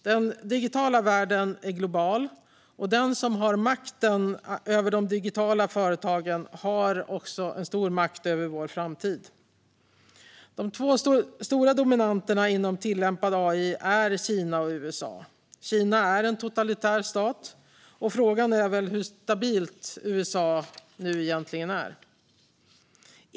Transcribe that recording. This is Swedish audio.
Den digitala världen är global, och den som har makten över de digitala företagen har också stor makt över vår framtid. De två dominanterna inom tillämpad AI är Kina och USA. Kina är en totalitär stat, och frågan är hur stabilt USA egentligen är.